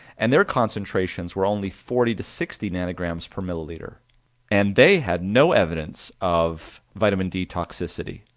and their concentrations were only forty to sixty nanograms per milliliter and they had no evidence of vitamin d toxicity.